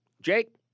Jake